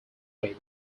cream